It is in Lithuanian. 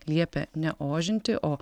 liepė ne ožinti o